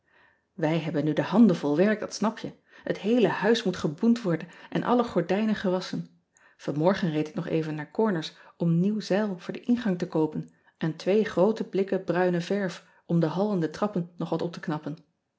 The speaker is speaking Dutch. ij hebben nu de handen vol werk dat snap je et heele huis moet geboend worden en alle gordijnen gewasschen anmorgen reed ik nog even naar orners om nieuw zeil voor den ingang te koopen en twee groote blikken bruine verf om de hal en de trappen nog wat op te knappen